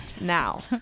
now